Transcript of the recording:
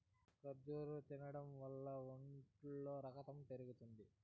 ఖర్జూరం తినడం వల్ల ఒంట్లో రకతం పెరుగుతుంది